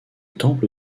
temple